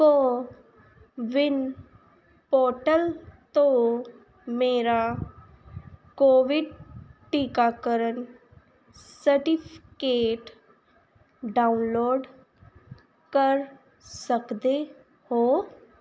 ਕੋ win portal ਤੋਂ ਮੇਰਾ ਕੋਵਿਡ ਟੀਕਾਕਰਨ ਸਰਟੀਫਿਕੇਟ ਡਾਊਨਲੋਡ ਕਰ ਸਕਦੇ ਹੋ